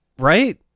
right